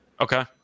Okay